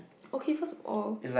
okay first of all